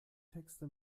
texte